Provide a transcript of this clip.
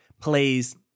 plays